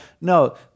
No